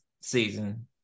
season